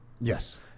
Yes